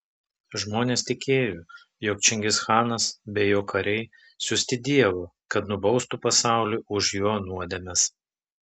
žmonės tikėjo jog čingischanas be jo kariai siųsti dievo kad nubaustų pasaulį už jo nuodėmes